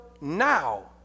now